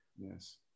Yes